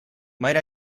might